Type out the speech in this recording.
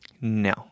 No